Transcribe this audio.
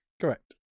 Correct